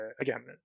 again